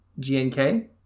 GNK